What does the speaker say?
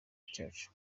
cyacu